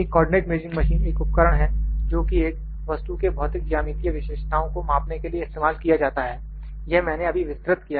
एक coordinate measuring machine एक उपकरण है जोकि एक वस्तु के भौतिक ज्यामितीय विशेषताओं को मापने के लिए इस्तेमाल किया जाता है यह मैंने अभी विस्तृत किया